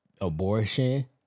abortion